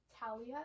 Talia